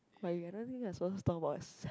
okay I don't think we're supposed to talk about